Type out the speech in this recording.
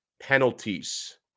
penalties